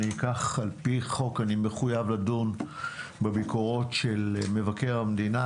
על פי חוק אני מחויב לדון בביקורות של מבקר המדינה.